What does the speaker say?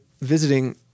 visiting